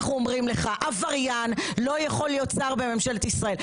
אומרים לך שעבריין לא יכול להיות שר בממשלת ישראל.